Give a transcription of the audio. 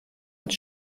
als